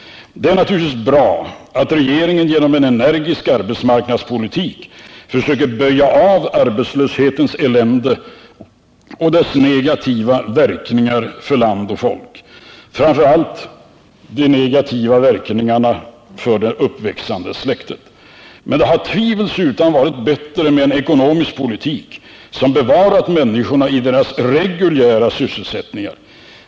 Det är naturligtvis bra att regeringen genom en energisk arbetsmarknadspolitik försöker avvärja arbetslöshetens elände och dess negativa verkningar för land och folk, framför allt de negativa verkningarna för det uppväxande släktet. Men det hade tvivelsutan varit bättre med en ekonomisk politik som bevarat människornas reguljära sysselsättningar.